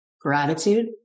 Gratitude